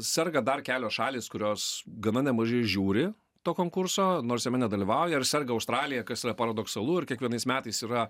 serga dar kelios šalys kurios gana nemažai žiūri to konkurso nors jame nedalyvauja ir serga australija kas yra paradoksalu ir kiekvienais metais yra